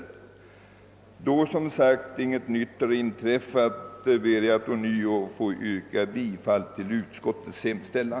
Då som sagt inget nytt har inträffat ber jag att få yrka bifall till utskottets hemställan.